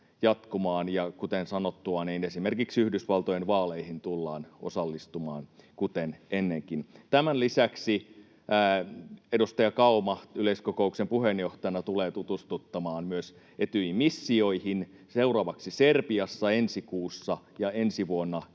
kuten sanottua, esimerkiksi Yhdysvaltojen vaaleihin tullaan osallistumaan, kuten ennenkin. Tämän lisäksi edustaja Kauma yleiskokouksen puheenjohtajana tulee tutustuttamaan myös Etyjin missioihin, seuraavaksi Serbiassa ensi kuussa ja ensi vuonna